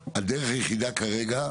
המכונות האלה כמעט לא קיימות בעולם,